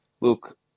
Look